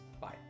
Bye